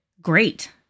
great